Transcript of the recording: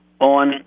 on